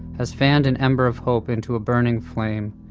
has fanned an ember of hope into a burning flame,